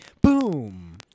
Boom